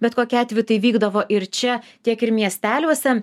bet kokiu atveju tai vykdavo ir čia tiek ir miesteliuose